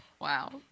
Wow